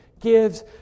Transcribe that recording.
gives